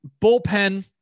Bullpen